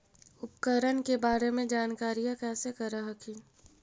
उपकरण के बारे जानकारीया कैसे कर हखिन?